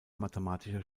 mathematischer